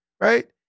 Right